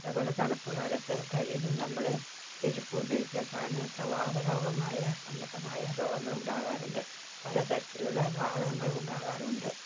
അതേപോലെ തണുപ്പ് കാലത്ത് കഴിയുന്നതും നമ്മള് ചെരുപ്പ് ഉപയോഗിക്കുക കാരണച്ചാൽ വാത രോഗമായ സംബന്ധമായ രോഗങ്ങൾ ഉണ്ടാകാറുണ്ട് പല തരത്തിലുള്ള വാതങ്ങളും ഉണ്ടാകാറുണ്ട്